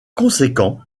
conséquent